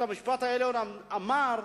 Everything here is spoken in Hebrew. בית-המשפט העליון אמר: